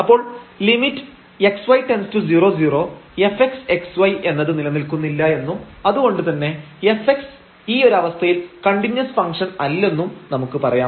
അപ്പോൾ lim┬xy→00 fxxy എന്നത് നിലനിൽക്കുന്നില്ല എന്നും അതുകൊണ്ട് തന്നെ fx ഈ ഒരു അവസ്ഥയിൽ കണ്ടിന്യൂസ് ഫംഗ്ഷൻ അല്ലെന്നും നമുക്ക് പറയാം